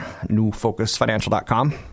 Newfocusfinancial.com